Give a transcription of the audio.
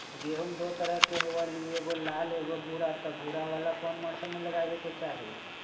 गेंहू दो तरह के होअ ली एगो लाल एगो भूरा त भूरा वाला कौन मौसम मे लगाबे के चाहि?